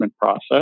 process